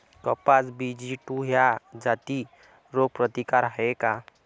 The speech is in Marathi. कपास बी.जी टू ह्या जाती रोग प्रतिकारक हाये का?